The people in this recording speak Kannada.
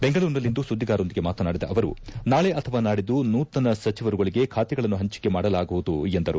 ಬೆಂಗಳೂರಿನಲ್ಲಿಂದು ಸುದ್ಲಿಗಾರರೊಂದಿಗೆ ಮಾತನಾಡಿದ ಅವರು ನಾಳೆ ಅಥವಾ ನಾಡಿದ್ಲು ನೂತನ ಸಚಿವರುಗಳಿಗೆ ಬಾತೆಗಳನ್ನು ಪಂಚಿಕೆ ಮಾಡಲಾಗುವುದು ಎಂದರು